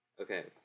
Okay